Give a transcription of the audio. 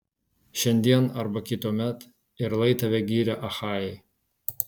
šiandien arba kituomet ir lai tave giria achajai